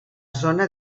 zona